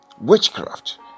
witchcraft